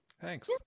Thanks